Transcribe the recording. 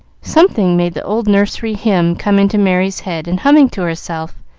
something made the old nursery hymn come into merry's head, and humming to herself,